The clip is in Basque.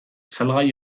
salgai